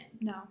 No